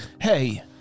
Hey